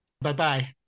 Bye-bye